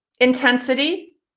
intensity